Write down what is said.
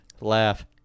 laugh